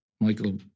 Michael